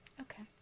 Okay